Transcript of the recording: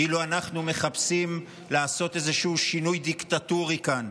כאילו אנחנו מחפשים לעשות איזה שינוי דיקטטורי כאן,